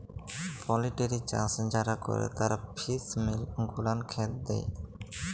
poultry চাষ যারা ক্যরে তারা ফিস মিল গুলান খ্যাতে দেই